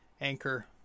Anchor